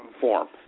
form